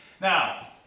Now